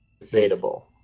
Debatable